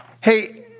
Hey